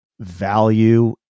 value